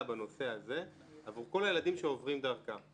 בנושא הזה עבור כל הילדים שעוברים דרכה.